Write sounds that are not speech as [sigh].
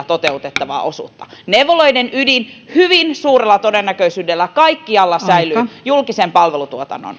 [unintelligible] toteutettavaa osuutta neuvoloiden ydin hyvin suurella todennäköisyydellä kaikkialla säilyy julkisen palveluntuotannon